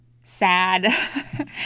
sad